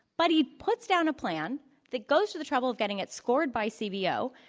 but he puts down a plan that goes through the trouble of getting it scored by so cvo.